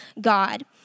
God